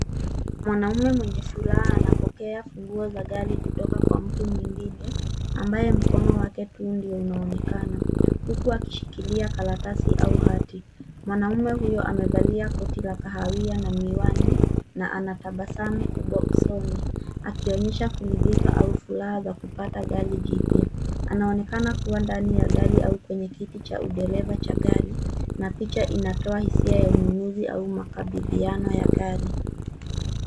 Mwanaume mwenye furaha anapokea funguo za gari kutoka kwa mtu mwingine ambaye mkono wake tu ndio unaonekana huku akishikilia karatasi au hati. Mwanaume huyu amevalia koti la kahawia na miwani na anatabasamu kubwa usoni akionyesha kuridhika au furaha za kupata gari jipya. Anaonekana kuwa ndani ya gari au kwenye kiti cha udereva cha gari na picha inatoa hisia ya ununuzi au makabidhiano ya gari.